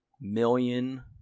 million